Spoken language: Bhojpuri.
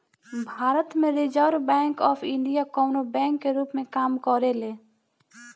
भारत में रिजर्व बैंक ऑफ इंडिया कवनो बैंक के रूप में काम करेले